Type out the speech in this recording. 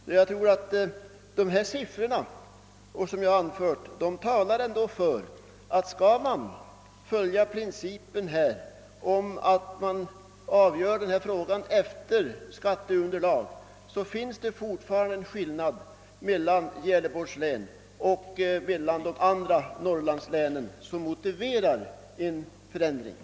De siffror jag har anfört visar att det när det gäller skatteunderlaget finns markerad skillnad mellan Gävleborgs län och de övriga norrlandslänen, som motiverar en förändring beträffande gränserna för skattekraftsområdet i Gävleborgs län på så sätt att Gästrikland överflyttas till skattekraftsområde 2.